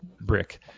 brick